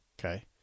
Okay